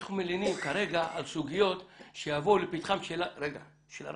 אנחנו מלינים כרגע על סוגיות שיבואו לפתחן של הרשויות,